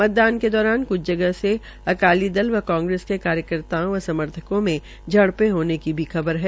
मतदान के दौरान कुछ जगह से अकाली दल व कांग्रेस के कार्यकर्ताओं व समर्थकों में झड़पें होने की भी खबर है